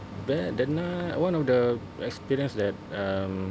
but then ah one of the experience that um